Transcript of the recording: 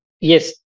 yes